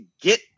get